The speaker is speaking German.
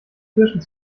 kirschen